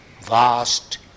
vast